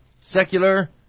Secular